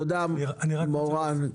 תודה, מורן.